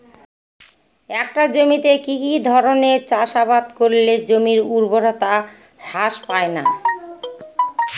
একটা জমিতে কি কি ধরনের চাষাবাদ করলে জমির উর্বরতা হ্রাস পায়না?